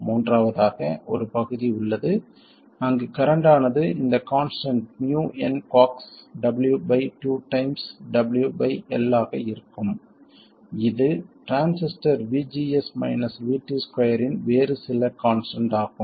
மூன்றாவதாக ஒரு பகுதி உள்ளது அங்கு கரண்ட் ஆனது இந்த constant munCoxW by 2 times W by L ஆக இருக்கும் இது transistor VGS minus VT square இன் வேறு சில கான்ஸ்டன்ட் ஆகும்